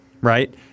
right